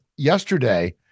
Yesterday